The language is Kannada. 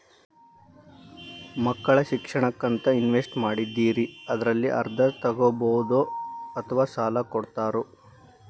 ಮಕ್ಕಳ ಶಿಕ್ಷಣಕ್ಕಂತ ಇನ್ವೆಸ್ಟ್ ಮಾಡಿದ್ದಿರಿ ಅದರಲ್ಲಿ ಅರ್ಧ ತೊಗೋಬಹುದೊ ಅಥವಾ ಸಾಲ ಕೊಡ್ತೇರೊ?